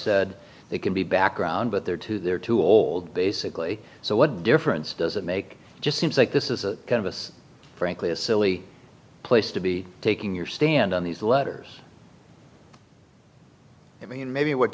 said they can be back around but they're too they're too old basically so what difference does it make it just seems like this is kind of us frankly a silly place to be taking your stand on these letters i mean maybe what